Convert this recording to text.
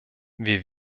wir